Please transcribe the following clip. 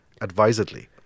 advisedly